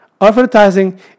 Advertising